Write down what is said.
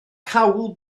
cawl